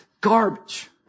garbage